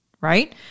Right